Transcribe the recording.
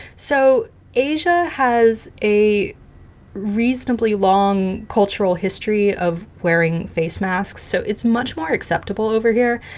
so asia has a reasonably long cultural history of wearing face masks, so it's much more acceptable over here.